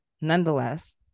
Nonetheless